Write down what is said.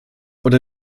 oder